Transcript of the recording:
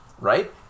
right